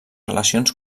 relacions